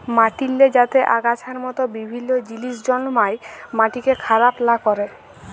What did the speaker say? মাটিল্লে যাতে আগাছার মত বিভিল্ল্য জিলিস জল্মায় মাটিকে খারাপ লা ক্যরে